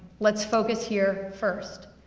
let's focus here first.